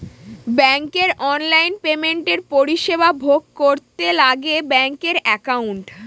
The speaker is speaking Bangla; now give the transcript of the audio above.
ব্যাঙ্কের অনলাইন পেমেন্টের পরিষেবা ভোগ করতে লাগে ব্যাঙ্কের একাউন্ট